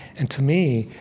and to me,